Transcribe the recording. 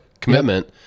commitment